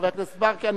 חבר הכנסת ברכה,